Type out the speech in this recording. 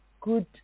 good